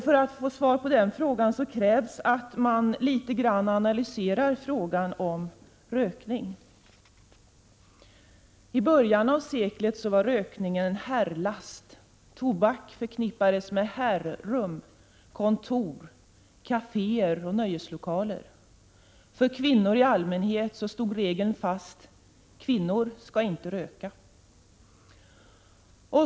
För att få svar på det krävs att man analyserar problemet rökning. I början av seklet var rökning en herrlast. Tobak förknippades med herrum, kontor, kaféer och nöjeslokaler. För kvinnor i allmänhet stod regeln fast ”kvinnor skall inte röka”.